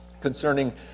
concerning